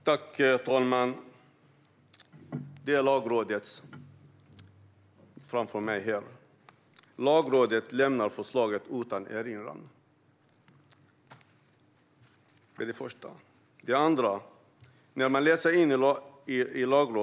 Herr talman! Jag har Lagrådets yttrande framför mig. Där står det: "Lagrådet lämnar förslaget utan erinran." Det är det första.